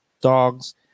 dogs